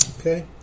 Okay